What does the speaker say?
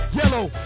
yellow